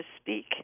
speak